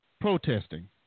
protesting